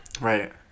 Right